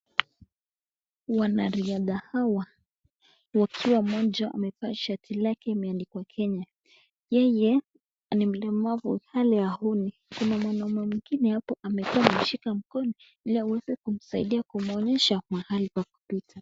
Wanariatha hawa ,wakiwa mmoja amevaa shati lake limeandikwa kenya, yeye ni mlemavu pale haoni, kuna mwanume mwingine hapo amekua amemshika mkono iliaweze kumsaidia kumwonyesha mahali pa kupita.